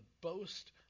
boast